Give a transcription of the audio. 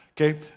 okay